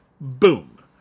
Boom